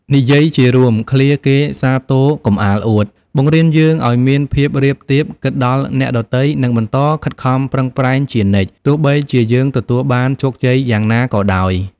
និយាយជារួម ឃ្លា "គេសាទរកុំអាលអួត" បង្រៀនយើងឱ្យមានភាពរាបទាប គិតដល់អ្នកដទៃ និងបន្តខិតខំប្រឹងប្រែងជានិច្ច ទោះបីជាយើងទទួលបានជោគជ័យយ៉ាងណាក៏ដោយ។